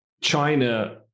China